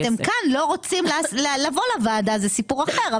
אתם כאן לא רוצים לבוא לוועדה, זה סיפור אחר.